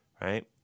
right